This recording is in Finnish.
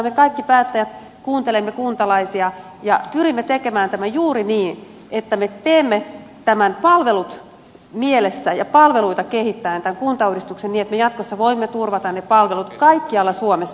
me kaikki päättäjät kuuntelemme kuntalaisia ja pyrimme tekemään tämän kuntauudistuksen juuri niin että me teemme tämän palvelut mielessä ja palveluita kehittäen niin että me jatkossa voimme turvata ne palvelut kaikkialla suomessa